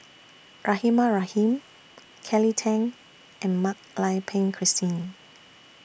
Rahimah Rahim Kelly Tang and Mak Lai Peng Christine